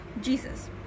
Jesus